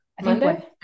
monday